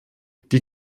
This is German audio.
die